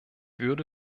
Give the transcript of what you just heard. würde